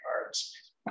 cards